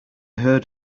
heard